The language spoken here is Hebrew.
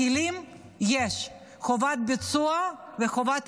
כלים יש, חובת ביצוע וחובת